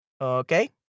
okay